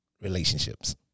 relationships